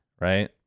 right